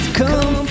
come